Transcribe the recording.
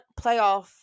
playoff